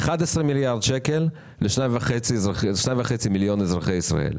מיליארד שקל ל-2.5 מיליון אזרחי ישראל.